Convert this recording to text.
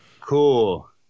Cool